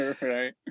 Right